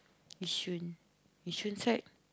Yishun Yishun side